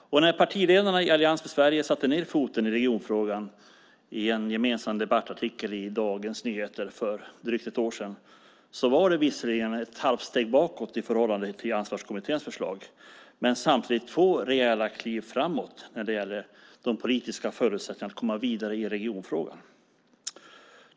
När partiledarna i Allians för Sverige satte ned foten i regionfrågan i en gemensam debattartikel i Dagens Nyheter för drygt ett år sedan var det visserligen ett halvt steg bakåt i förhållande till Ansvarskommitténs förslag, men det var samtidigt två rejäla kliv framåt när det gäller de politiska förutsättningarna att komma vidare i regionfrågan.